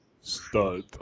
start